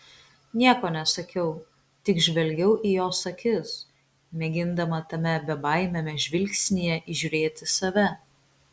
nieko nesakiau tik žvelgiau į jos akis mėgindama tame bebaimiame žvilgsnyje įžiūrėti save